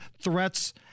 threats